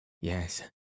yes